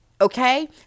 Okay